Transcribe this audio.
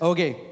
Okay